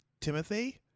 Timothy